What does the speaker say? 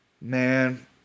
Man